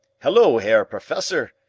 hullo, herr professor!